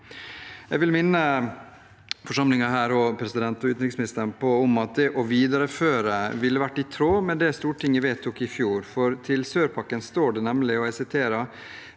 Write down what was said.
Jeg vil minne forsamlingen her og utenriksministeren om at det å videreføre ville vært i tråd med det Stortinget vedtok i fjor, for om sør-pakken står det nemlig følgende: